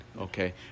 Okay